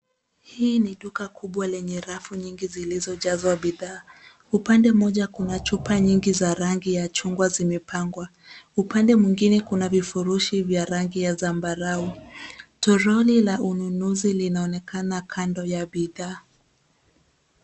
Hii ni duka kubwa lenye rafu nyingi zilizojazwa bidhaa. Upande mmoja kuna chupa nyingi za rangi ya chungwa zimepangwa. Upande mwingine kuna vifurushi vya rangi ya zambarau. Toroli la ununuzi linaonekana kando ya bidhaa.